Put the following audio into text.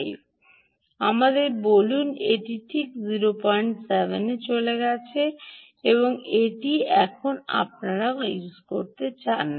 এবং আমাদের বলুন এটি ঠিক 07 এ চলে গেছে এবং এটি এখন আপনি করতে চান না